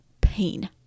pain